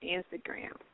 Instagram